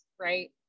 right